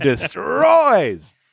destroys